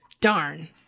Darn